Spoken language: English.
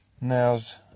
now's